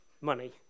money